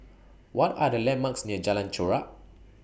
What Are The landmarks near Jalan Chorak